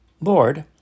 Lord